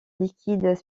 liquides